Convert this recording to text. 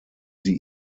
sie